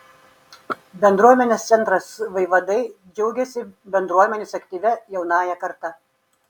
bendruomenės centras vaivadai džiaugiasi bendruomenės aktyvia jaunąja karta